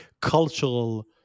cultural